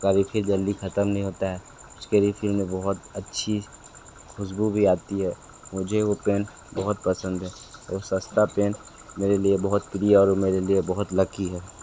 उसका रिफ़िल जल्दी ख़त्म नहीं होता है उसके रिफ़िल में बहुत अच्छी ख़ुशबू भी आती है मुझे वो पेन बहुत पसंद है और सस्ता पेन मेरे लिए बहुत प्रिय और मेरे लिए बहुत लकी है